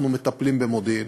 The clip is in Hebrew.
אנחנו מטפלים במודיעין,